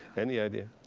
any idea?